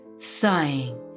sighing